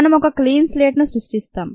మనం ఒక clean slate ను సృష్టిస్తాం